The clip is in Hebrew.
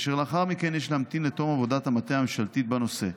ולאחר מכן יש להמתין לתום עבודת המטה הממשלתית בנושא.